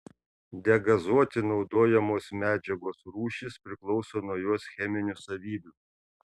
degazuoti naudojamos medžiagos rūšis priklauso nuo jos cheminių savybių